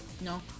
No